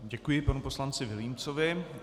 Děkuji panu poslanci Vilímcovi.